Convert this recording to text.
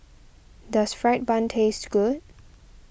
does Fried Bun taste good